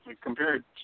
compared